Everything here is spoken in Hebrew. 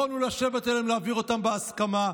יכולנו לשבת עליהן ולהעביר אותן בהסכמה.